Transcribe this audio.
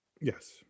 Yes